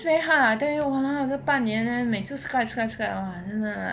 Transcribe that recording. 对啦对 !walao! 这半年每次 skype skype skype !wah! 真的